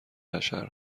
بشر